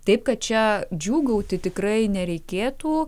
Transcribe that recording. taip kad čia džiūgauti tikrai nereikėtų